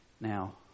Now